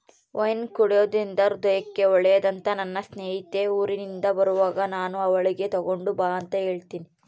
wine ಕುಡೆದ್ರಿಂದ ಹೃದಯಕ್ಕೆ ಒಳ್ಳೆದಂತ ನನ್ನ ಸ್ನೇಹಿತೆ ಊರಿಂದ ಬರುವಾಗ ನಾನು ಅವಳಿಗೆ ತಗೊಂಡು ಬಾ ಅಂತ ಹೇಳಿನಿ